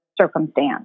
circumstance